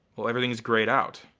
well everything's grayed out.